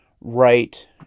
right